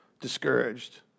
discouraged